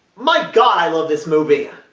my god, i love this movie!